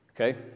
Okay